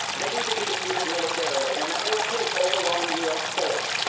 they need to be defeated militarily, and that will take overwhelming u s. force.